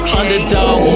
underdog